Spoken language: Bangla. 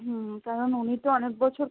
হুম কারণ উনি তো অনেক বছর